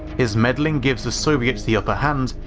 his meddling gives the soviets the upper hand,